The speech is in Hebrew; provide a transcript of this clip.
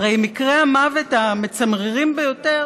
הרי מקרי המוות המצמררים ביותר